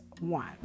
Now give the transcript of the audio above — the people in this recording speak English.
one